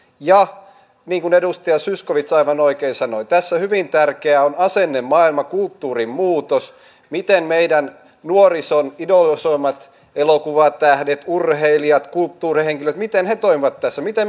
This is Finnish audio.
ja niin kuin edustaja zyskowicz aivan oikein sanoi tässä hyvin tärkeä on asennemaailma kulttuurin muutos miten meidän nuorison idolisoimat elokuvatähdet urheilijat kulttuurihenkilöt toimivat tässä miten me kaikki toimimme